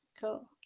Cool